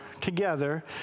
together